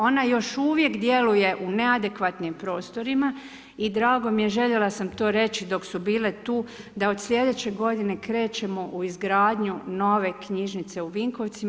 Ona još uvijek djeluje u neadekvatnim prostorima i drago mi je, željela sam to reći, dok su bile tu da od slijedeće godine krećemo u izgradnju nove knjižnice u Vinkovcima.